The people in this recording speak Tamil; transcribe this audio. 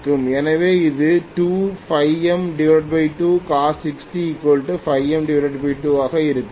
எனவே இது 2m2cos 60 m2ஆக இருக்கும்